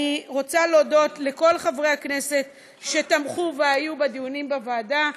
אני רוצה להודות לכל חברי הכנסת שתמכו והיו בדיונים בוועדה,